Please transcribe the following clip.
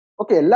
okay